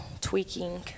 tweaking